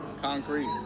Concrete